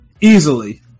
easily